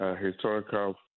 Historical